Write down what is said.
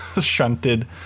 shunted